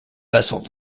vessel